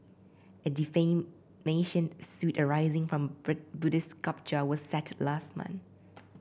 a defamation suit arising from Buddhist sculpture was settle last month